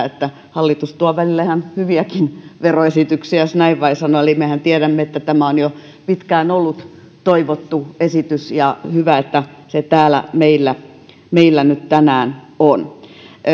että hallitus tuo välillä ihan hyviäkin veroesityksiä jos näin voi sanoa eli mehän tiedämme että tämä on ollut jo pitkään toivottu esitys ja hyvä että se täällä meillä nyt tänään on